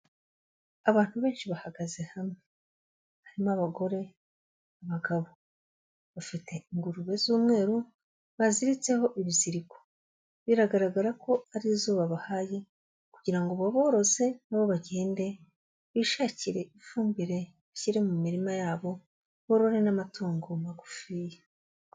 Abantu benshi bahagaze hamwe, harimo abagore, abagabo, bafite ingurube z'umweru baziritseho ibiziriko, biragaragara ko ari izo babahaye kugira ngo baboroze, na bo bagende bishakire ifumbire bashyire mu mirima ya bo, borore n'amatungo magufiya.